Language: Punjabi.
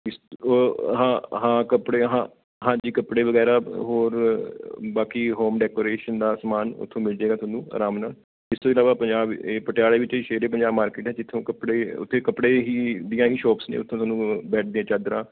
ਇਸ ਤੋਂ ਹਾਂ ਹਾਂ ਕੱਪੜੇ ਹਾਂ ਹਾਂਜੀ ਕੱਪੜੇ ਵਗੈਰਾ ਹੋਰ ਬਾਕੀ ਹੋਮ ਡੈਕੋਰੇਸ਼ਨ ਦਾ ਸਮਾਨ ਉੱਥੋਂ ਮਿਲ ਜਾਏਗਾ ਤੁਹਾਨੂੰ ਆਰਾਮ ਨਾਲ ਇਸ ਤੋਂ ਇਲਾਵਾ ਪੰਜਾਬ ਇਹ ਪਟਿਆਲੇ ਵਿੱਚ ਸ਼ੇਰ ਏ ਪੰਜਾਬ ਮਾਰਕੀਟ ਹੈ ਜਿੱਥੋਂ ਕੱਪੜੇ ਉੱਥੇ ਕੱਪੜੇ ਹੀ ਦੀਆਂ ਹੀ ਸ਼ੋਪਸ ਨੇ ਉੱਥੋਂ ਤੁਹਾਨੂੰ ਬੈਡ ਦੀਆਂ ਚਾਦਰਾਂ